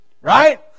Right